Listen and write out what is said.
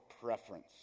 preference